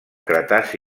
cretaci